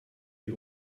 die